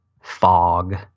fog